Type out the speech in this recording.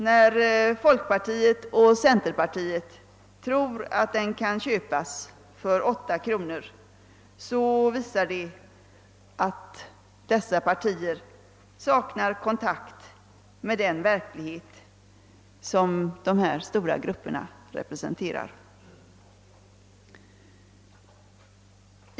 När folkpartiet och centerpartiet tror att jämlikheten kan köpas för 8 kronor, så visar det att dessa partier saknar kontakt med den verklighet som ifrågavarande stora grupper representerar.